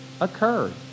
occurred